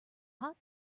hot